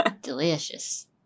Delicious